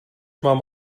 mám